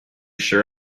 sure